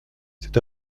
c’est